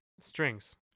strings